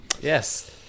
Yes